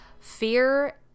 Fear